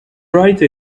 write